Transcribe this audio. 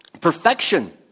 perfection